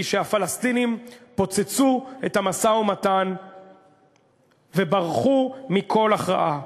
היא שהפלסטינים פוצצו את המשא-ומתן וברחו מכל הכרעה.